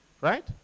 Right